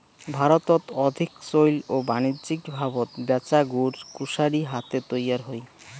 ভারতত অধিক চৈল ও বাণিজ্যিকভাবত ব্যাচা গুড় কুশারি হাতে তৈয়ার হই